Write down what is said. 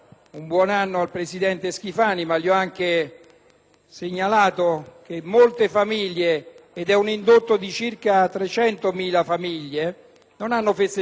segnalato che molte famiglie, un indotto di circa 300.000 famiglie, non hanno festeggiato il nuovo anno: un 2009 fatto